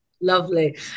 Lovely